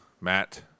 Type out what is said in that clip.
Matt